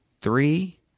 three